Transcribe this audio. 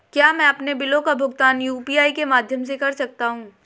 क्या मैं अपने बिलों का भुगतान यू.पी.आई के माध्यम से कर सकता हूँ?